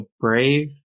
Brave